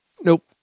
Nope